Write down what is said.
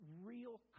real